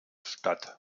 statt